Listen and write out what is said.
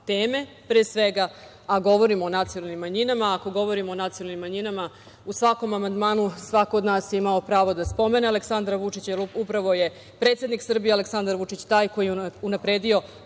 teme, pre svega, a govorimo o nacionalnim manjinama. Ako govorimo o nacionalnim manjinama, u svakom amandmanu svako od nas je imao pravo da spomene Aleksandra Vučića, jer upravo je predsednik Srbije Aleksandar Vučić taj koji je unapredio